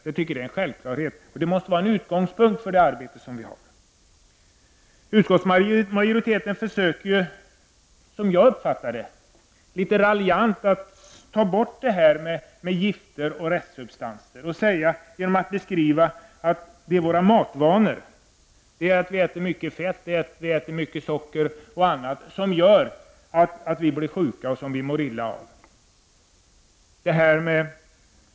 Det måste vara en självklarhet och en utgångspunkt för vårt arbete. Utskottsmajoriteten försöker, som jag uppfattar det, på ett raljant sätt nonchalera frågan om gifter och restsubstanser. Man säger att det är våra matvanor, för mycket fett och socker exempelvis, som gör att vi mår illa och blir sjuka.